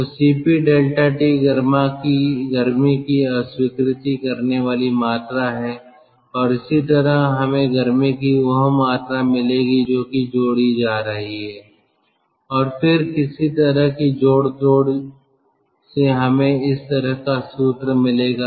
तो Cp ∆T गर्मी की अस्वीकृति करने वाली मात्रा है और इसी तरह हमें गर्मी की वह मात्रा मिलेगी जो की जोड़ी जा रही है और फिर किसी तरह की जोड़ तोड़ से हमें इस तरह का सूत्र मिलेगा